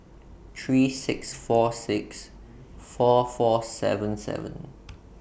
three six four six four four seven seven